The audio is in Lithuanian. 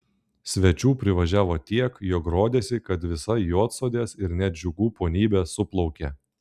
svečių privažiavo tiek jog rodėsi kad visa juodsodės ir net džiugų ponybė suplaukė